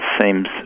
seems